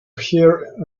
hear